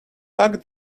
pack